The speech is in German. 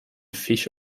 fisch